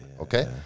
okay